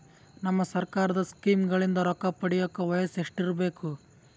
ನಮ್ಮ ಸರ್ಕಾರದ ಸ್ಕೀಮ್ಗಳಿಂದ ರೊಕ್ಕ ಪಡಿಯಕ ವಯಸ್ಸು ಎಷ್ಟಿರಬೇಕು?